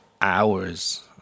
hours